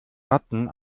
ratten